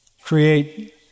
create